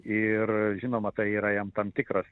ir žinoma tai yra jam tam tikras